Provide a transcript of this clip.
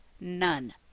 None